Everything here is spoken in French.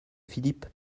philippe